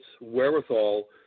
wherewithal